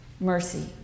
Mercy